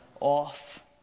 off